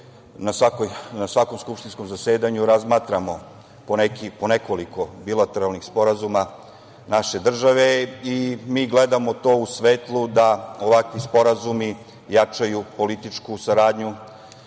na svakom skupštinskom zasedanju razmatramo po nekoliko bilateralnih sporazuma naše države i mi gledamo to u svetlu da ovakvi sporazumi jačaju političku saradnju.